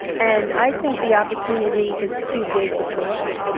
and i think the opportunity is too big before us. so,